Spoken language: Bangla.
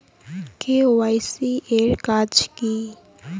কে.ওয়াই.সি এর কাজ কি?